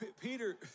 Peter